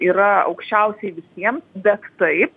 yra aukščiausiai visiems bet taip